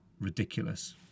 ridiculous